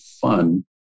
fun